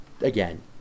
Again